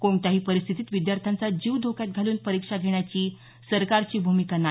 कोणत्याही परिस्थितीत विद्यार्थ्यांचा जीव धोक्यात घालून परीक्षा घेण्याची सरकारची भूमिका नाही